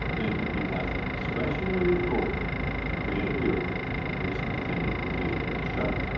then he has discretionary authority to grant a hearing at which the defendant will be able to show,